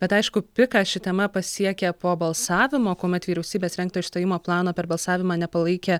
bet aišku piką ši tema pasiekė po balsavimo kuomet vyriausybės rengto išstojimo plano per balsavimą nepalaikė